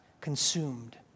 consumed